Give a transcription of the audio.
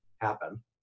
happen